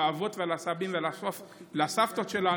לאבות ולסבים ולסבתות שלנו,